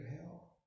help